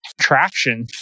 traction